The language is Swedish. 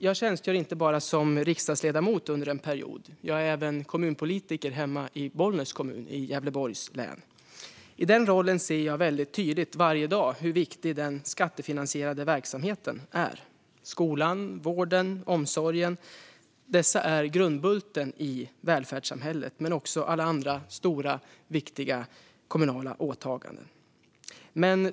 Jag tjänstgör inte bara som riksdagsledamot under en period; jag är även kommunpolitiker hemma i Bollnäs i Gävleborgs län. I den rollen ser jag varje dag väldigt tydligt hur viktig den skattefinansierade verksamheten är. Det handlar om skolan, vården och omsorgen. Dessa är grundbulten i välfärdssamhället, men det handlar också om alla andra stora, viktiga kommunala åtaganden.